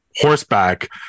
horseback